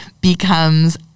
becomes